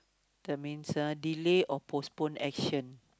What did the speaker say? that means ah delay or postpone action